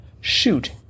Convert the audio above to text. Shoot